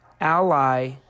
ally